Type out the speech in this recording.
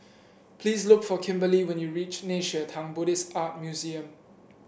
please look for Kimberely when you reach Nei Xue Tang Buddhist Art Museum